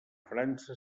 frança